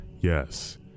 Yes